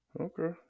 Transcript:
Okay